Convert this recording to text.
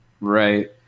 Right